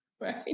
right